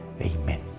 Amen